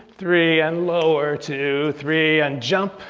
three and lower, two, three, and jump,